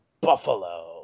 Buffalo